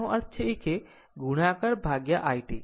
તેનો અર્થ એ કે જ્યારે ગુણાકાર i t